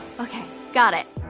okay, got it.